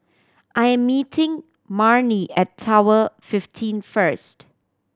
I am meeting Marnie at Tower fifteen first